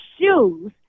shoes